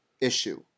issue